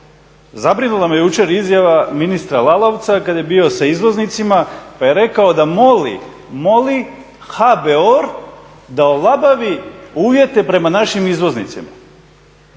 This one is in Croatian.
Zabrinula me jučer izjava ministra Lalovca kad je bio sa izvoznicima pa je rekao da moli, moli HBOR da olabavi uvjete prema našim izvoznicima.